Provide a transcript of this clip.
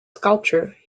sculpture